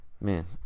man